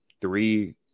three